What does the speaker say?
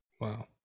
Wow